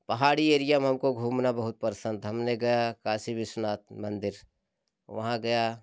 पहाड़ी एरिया में हमको घूमना बहुत पसंद था हमने गया काशी विश्वनाथ मंदिर वहाँ गया